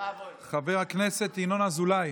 חבר הכנסת ינון אזולאי,